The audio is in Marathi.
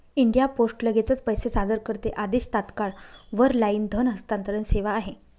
इंडिया पोस्ट लगेचच पैसे सादर करते आदेश, तात्काळ वर लाईन धन हस्तांतरण सेवा आहे